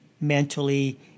mentally